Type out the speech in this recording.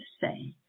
say